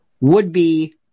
would-be